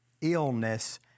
illness